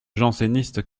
janséniste